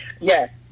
Yes